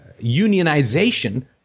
unionization